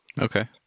Okay